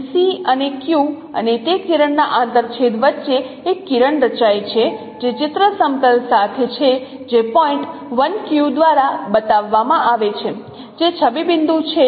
તેથી C અને Q અને તે કિરણના આંતરછેદ વચ્ચે એક કિરણ રચાય છે જે ચિત્ર સમતલ સાથે છે જે પોઇન્ટ l q દ્વારા બતાવવામાં આવે છે જે છબી બિંદુ છે